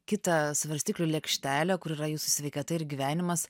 kitą svarstyklių lėkštelę kur yra jūsų sveikata ir gyvenimas